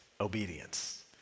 Obedience